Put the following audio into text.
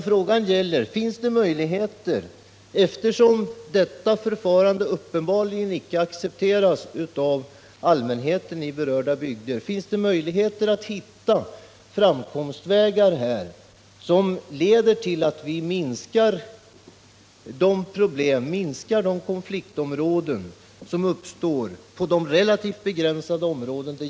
Frågan gäller: Finns det — eftersom detta förfarande uppenbarligen icke accepteras av allmänheten i berörda bygder — möjligheter att hitta framkomstvägar som leder till att vi minskar konfliktområdena? Det gäller relativt begränsade områden.